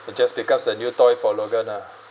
but just because a new toy for logan ah